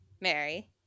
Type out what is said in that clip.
Mary